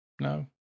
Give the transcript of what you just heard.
No